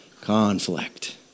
Conflict